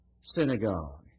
synagogue